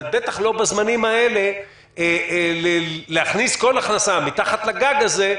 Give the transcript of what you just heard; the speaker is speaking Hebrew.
אבל בטח לא בזמנים האלה להכניס כל הכנסה מתחת לגג הזה,